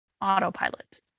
autopilot